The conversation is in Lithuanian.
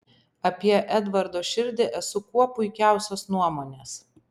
apie edvardo širdį esu kuo puikiausios nuomonės